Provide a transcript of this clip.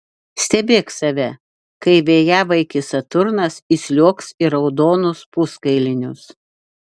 stebėk save kai vėjavaikis saturnas įsliuogs į raudonus puskailinius